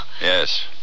Yes